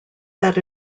that